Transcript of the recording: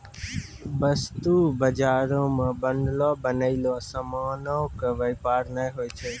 वस्तु बजारो मे बनलो बनयलो समानो के व्यापार नै होय छै